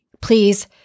please